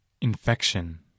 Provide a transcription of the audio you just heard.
Infection